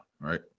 right